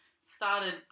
started